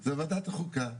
זה וועדת החוקה.